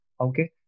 Okay